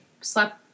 slept